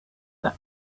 that